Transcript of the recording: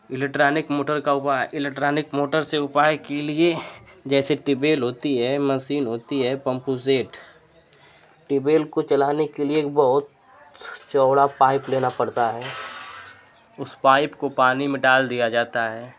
electronic motor का उपाय electronic motor से उपाय के लिए जैसे ट्यूबबेल होती है मसीन होती है पम्पू जेड ट्यूबेल को चलाने के लिए बहुत चौड़ा पाइप लेना पड़ता है उस पाइप को पानी में डाल दिया जाता है